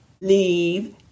Leave